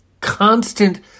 constant